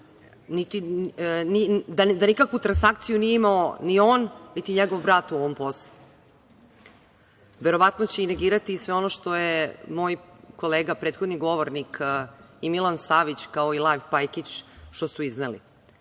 da nikakvu transakciju nije imao ni on niti njegov brat u ovom poslu. Verovatno će i negirati sve ono što su moje kolege prethodni govornik i Milan Savić, kao i Lav Pajkić što su izneli. Uvidom